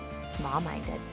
small-minded